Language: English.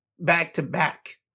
back-to-back